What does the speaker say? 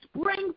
spring